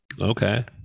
Okay